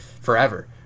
forever